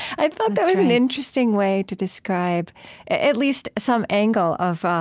i thought that was an interesting way to describe at least some angle of,